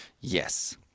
Yes